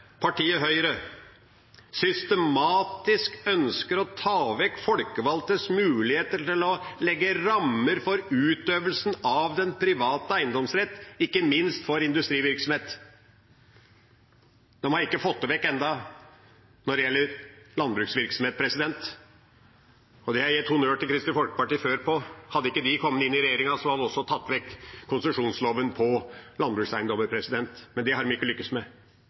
partiet Høyre systematisk ønsker å ta vekk folkevalgtes muligheter til å legge rammer for utøvelsen av den private eiendomsrett, ikke minst for industrivirksomhet. De har ikke fått det vekk ennå når det gjelder landbruksvirksomhet, og det har jeg gitt honnør til Kristelig Folkeparti for før. Hadde ikke de kommet inn i regjeringa, hadde man også tatt vekk konsesjonsloven på landbrukseiendommer. Det har de ikke lyktes med,